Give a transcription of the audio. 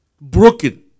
broken